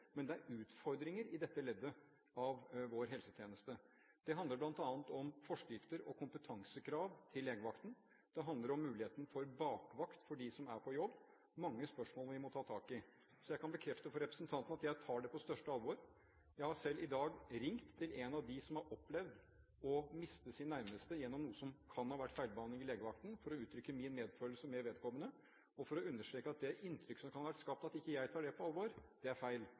er utfordringer i dette leddet av vår helsetjeneste. Det handler bl.a. om forskrifter og kompetansekrav til legevakten. Det handler om muligheten for bakvakt for dem som er på jobb. Det er mange spørsmål vi må ta tak i. Jeg kan bekrefte overfor representanten at jeg tar det på største alvor. Jeg har selv i dag ringt til en av dem som har opplevd å miste sin nærmeste i noe som kan ha vært feilbehandling ved legevakten, for å uttrykke min medfølelse med vedkommende og for å understreke at det inntrykket som kan ha vært skapt av at jeg ikke tar dette på alvor, er feil. Jeg tar det på alvor